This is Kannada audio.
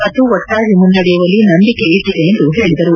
ಮತ್ತು ಒಟ್ಟಾಗಿ ಮುನ್ನಡೆಯುವಲ್ಲಿ ನಂಬಿಕೆ ಇಟ್ಟದೆ ಎಂದು ಹೇಳದರು